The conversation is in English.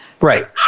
Right